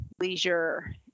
leisure